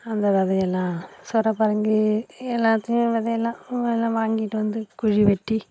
அந்த விதை எல்லாம் சுர பரங்கி எல்லாத்துலேயும் வித எல்லாம் எல்லாம் வாங்கிட்டு வந்து குழி வெட்டி